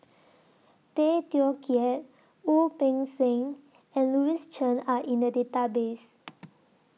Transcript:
Tay Teow Kiat Wu Peng Seng and Louis Chen Are in The Database